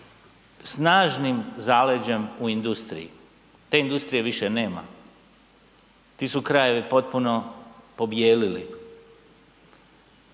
snažnim zaleđem u industriji. Te industrije više nema. Ti su krajevi potpuno pobijelili.